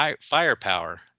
Firepower